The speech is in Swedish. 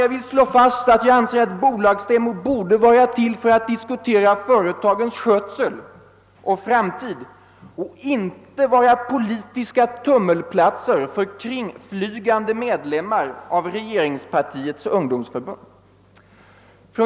Jag vill slå fast att bolagsstämmor bör vara till för att diskutera företagens skötsel och framtid och inte utgöra politiska tummelplatser för kringflygande medlemmar av regeringspartiets ungdomsförbund.